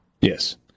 Yes